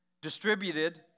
distributed